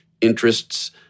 interests